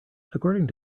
according